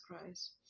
christ